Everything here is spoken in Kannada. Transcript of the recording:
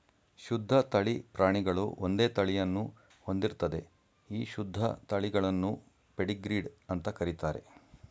ಶುದ್ಧ ತಳಿ ಪ್ರಾಣಿಗಳು ಒಂದೇ ತಳಿಯನ್ನು ಹೊಂದಿರ್ತದೆ ಈ ಶುದ್ಧ ತಳಿಗಳನ್ನು ಪೆಡಿಗ್ರೀಡ್ ಅಂತ ಕರೀತಾರೆ